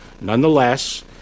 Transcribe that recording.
Nonetheless